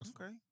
okay